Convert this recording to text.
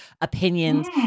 opinions